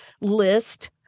list